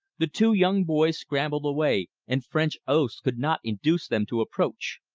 the two young boys scrambled away, and french oaths could not induce them to approach.